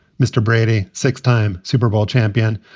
mr. brady, six time super bowl champion,